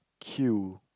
queue